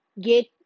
get